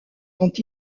quand